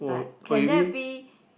but can that be